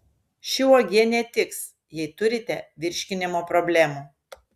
ši uogienė tiks jei turite virškinimo problemų